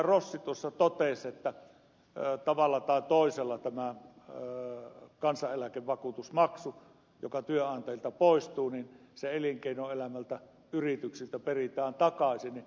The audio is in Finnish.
rossi tuossa totesi että tavalla tai toisella tämä kansaneläkevakuutusmaksu joka työnantajilta poistuu se elinkeinoelämältä yrityksiltä peritään takaisin